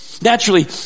naturally